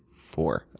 four.